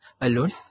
alone